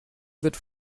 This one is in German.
wird